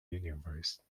universe